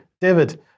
David